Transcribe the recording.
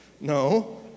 No